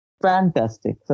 fantastic